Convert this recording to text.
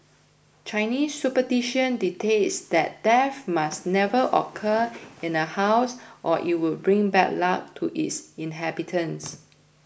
Chinese superstition dictates that death must never occur in a house or it would bring bad luck to its inhabitants